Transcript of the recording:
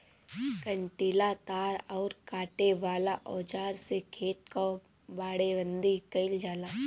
कंटीला तार अउरी काटे वाला औज़ार से खेत कअ बाड़ेबंदी कइल जाला